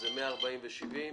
140,000 ו-70,000.